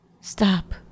Stop